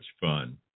fun